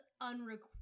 unrequited